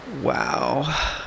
Wow